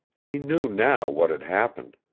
he knew now what had happened.